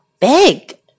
big